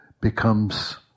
becomes